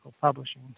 publishing